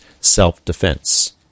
self-defense